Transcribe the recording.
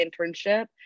internship